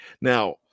Now